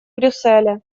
брюсселе